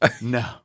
No